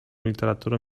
literaturą